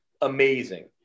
amazing